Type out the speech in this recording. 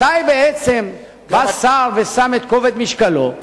מתי בעצם בא שר ושם את כובד משקלו,